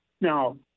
Now